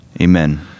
Amen